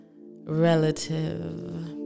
relative